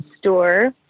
store